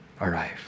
arrive